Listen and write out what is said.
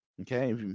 Okay